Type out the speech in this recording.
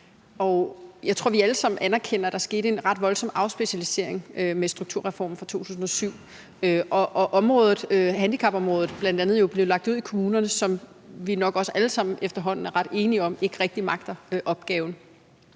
jeg tror, at vi alle sammen anerkender, at der skete en ret voldsom afspecialisering med strukturreformen fra 2007. Handicapområdet blev jo bl.a. lagt ud i kommunerne, som vi nok også alle sammen efterhånden er ret enige om ikke rigtig magter opgaven.